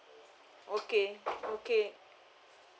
okay okay